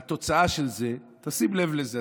והתוצאה של זה, תשים לב לזה,